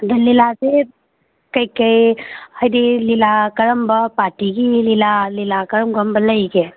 ꯑꯗ ꯂꯤꯂꯥꯁꯦ ꯀꯔꯤ ꯀꯔꯤ ꯍꯥꯏꯕꯗꯤ ꯂꯤꯂꯥ ꯀꯔꯝꯕ ꯄꯥꯔꯇꯤꯒꯤ ꯂꯤꯂꯥ ꯂꯤꯂꯥ ꯀꯔꯝ ꯀꯔꯝꯕ ꯂꯩꯕꯒꯦ